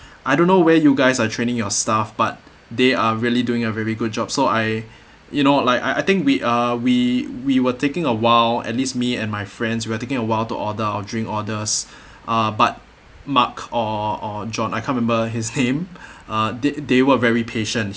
I don't know where you guys are training your staff but they are really doing a very good job so I you know like I I think we uh we we were taking a while at least me and my friends we are taking awhile to order our drink orders uh but mark or or john I can't remember his name uh they they were very patient